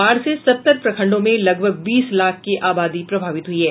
बाढ़ से सत्तर प्रखंडों में लगभग बीस लाख की आबादी प्रभावित हुई है